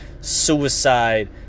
suicide